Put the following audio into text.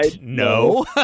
No